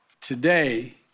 Today